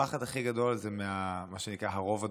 הפחד הכי גדול הוא ממה שנקרא "הרוב הדומם",